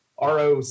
roc